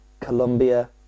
Colombia